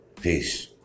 Peace